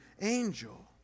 angel